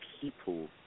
people